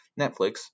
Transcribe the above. Netflix